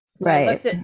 Right